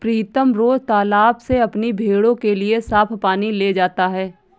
प्रीतम रोज तालाब से अपनी भेड़ों के लिए साफ पानी ले जाता है